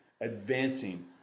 advancing